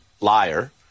liar